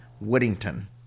Whittington